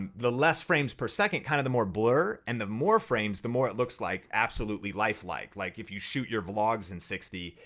the less frames per second kind of the more blur and the more frames the more it looks like absolutely lifelike. like if you shoot your vlogs in sixty,